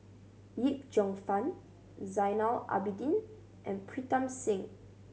Yip Cheong Fun Zainal Abidin and Pritam Singh